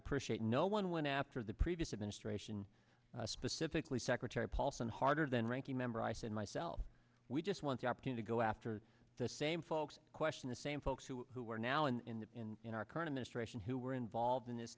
appreciate no one went after the previous administration specifically secretary paulson harder than ranking member i said myself we just want the opportunity go after the same folks question the same folks who who are now in in in our current administration who were involved in this